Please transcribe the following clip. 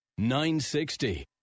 960